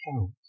count